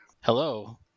Hello